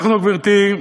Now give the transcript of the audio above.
אנחנו, גברתי,